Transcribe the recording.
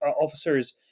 officers